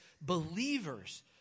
believers